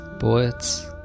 poets